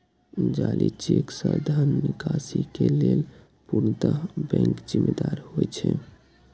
जाली चेक सं धन निकासी के लेल पूर्णतः बैंक जिम्मेदार होइ छै